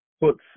puts